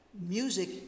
music